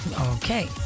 Okay